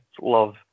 love